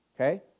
okay